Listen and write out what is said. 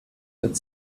mit